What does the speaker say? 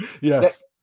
Yes